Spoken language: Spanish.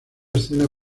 escena